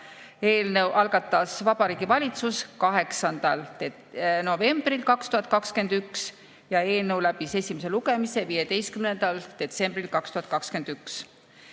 eelnõu algatas Vabariigi Valitsus 8. novembril 2021 ja eelnõu läbis esimese lugemise 15. detsembril 2021.